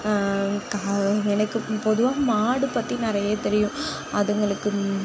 கால் எனக்கு பொதுவாக மாடு பற்றி நிறைய தெரியும் அதுங்களுக்கு